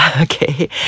Okay